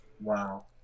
Wow